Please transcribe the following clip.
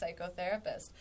psychotherapist